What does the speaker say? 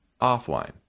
offline